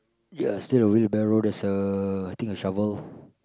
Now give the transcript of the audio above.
ya still a wheelbarrow there's a I think a shovel